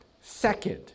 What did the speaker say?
second